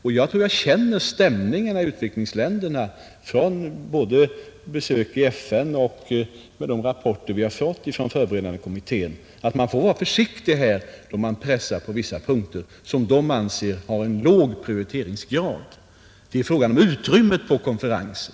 Jag tror att jag känner stämningen i utvecklingsländerna både från mina besök i FN och från de rapporter som vi har fått från förberedande kommittén; man får vara försiktig när man pressar på på vissa punkter som de övriga länderna anser har en låg prioriteringsgrad. Det är fråga om utrymmet på konferensen.